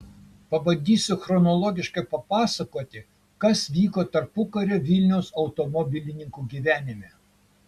pabandysiu chronologiškai papasakoti kas vyko tarpukario vilniaus automobilininkų gyvenime